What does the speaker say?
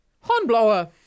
Hornblower